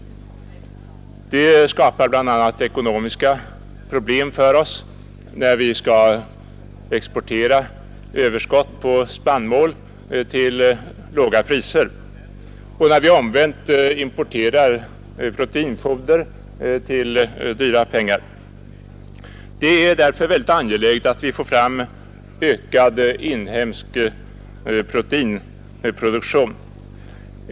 Det skapar bl.a. ekonomiska problem för oss när vi skall exportera överskott på spannmål till låga priser och när vi omvänt importerar proteinfoder till dyra pengar. Det är därför mycket angeläget att vi får fram en ökad inhemsk proteinproduktion.